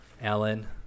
Alan